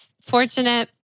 fortunate